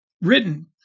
written